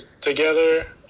together